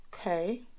Okay